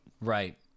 Right